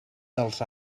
dels